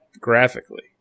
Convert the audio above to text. Graphically